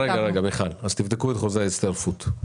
מיכל, אז תבדקו את חוזה ההצטרפות.